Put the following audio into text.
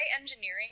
engineering